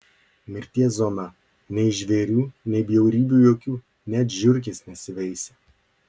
mirties zona nei žvėrių nei bjaurybių jokių net žiurkės nesiveisia